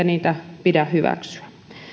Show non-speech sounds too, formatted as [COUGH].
[UNINTELLIGIBLE] niitä pidä hyväksyä